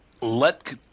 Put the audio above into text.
Let